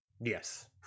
Yes